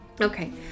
okay